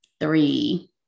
three